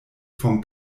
vom